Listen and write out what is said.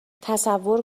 تصور